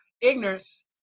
ignorance